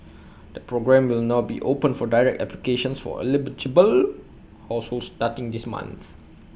the programme will now be open for direct applications for households starting this month